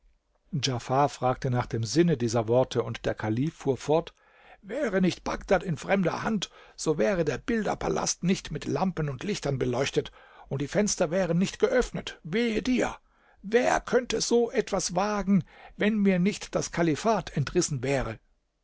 fragte nach dem sinne dieser worte und der kalif fuhr fort wäre nicht bagdad in fremder hand so wäre der bilderpalast nicht mit lampen und lichtern beleuchtet und die fenster wären nicht geöffnet wehe dir wer könnte so etwas wagen wenn mir nicht das kalifat entrissen wäre